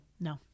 No